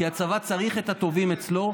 כי הצבא צריך את הטובים אצלו,